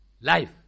life